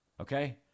Okay